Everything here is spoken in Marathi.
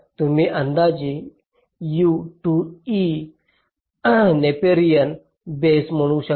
तर तुम्ही अंदाजे U to e Neperian base म्हणू शकता